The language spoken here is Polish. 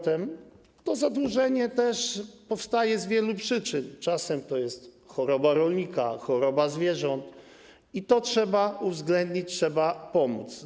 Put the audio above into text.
To zadłużenie powstaje z wielu przyczyn, czasem jest to choroba rolnika, choroba zwierząt - i to trzeba uwzględnić, trzeba pomóc.